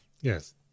Yes